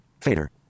fader